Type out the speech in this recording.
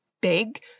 big